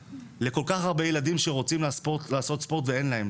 לכל כך הרבה ילדים שרוצים לעשות ספורט ואין להם.